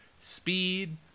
speed